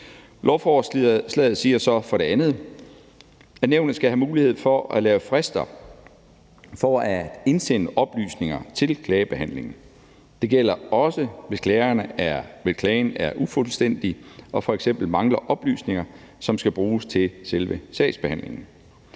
Lovforslaget siger så for det andet, at nævnene skal have mulighed for at lave frister for at indsende oplysninger til klagebehandlingen. Det gælder også, hvis klagen er ufuldstændig og f.eks. mangler oplysninger, som skal bruges til selve sagsbehandlingen.